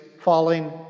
falling